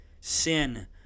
sin